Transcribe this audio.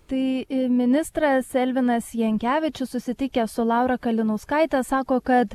tai ministras elvinas jankevičius susitikęs su laura kalinauskaite sako kad